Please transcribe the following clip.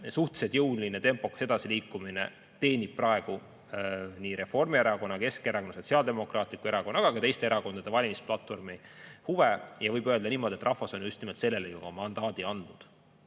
suhteliselt jõuline, tempokas edasiliikumine teenib praegu Reformierakonna, Keskerakonna, Sotsiaaldemokraatliku Erakonna ja ka teiste erakondade valimisplatvormi huve ja võib öelda niimoodi, et rahvas on just nimelt selleks mandaadi andnud.